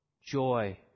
joy